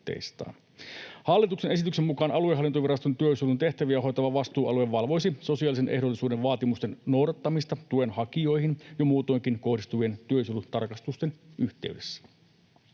Hallituksen esityksen mukaan aluehallintoviraston työsuojelun tehtäviä hoitava vastuualue valvoisi sosiaalisen ehdollisuuden vaatimusten noudattamista tuenhakijoihin jo muutoinkin kohdistuvien työsuojelutarkastusten yhteydessä.